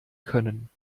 können